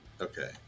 Okay